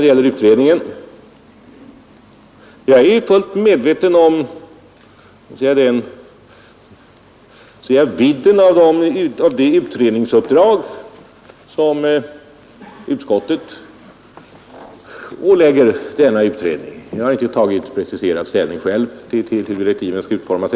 Beträffande utredningen så är jag fullt medveten om vidden av det uppdrag som utskottet ålägger den. Jag har själv ännu inte tagit preciserad ställning till hur direktiven skall utformas.